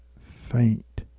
faint